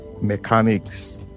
mechanics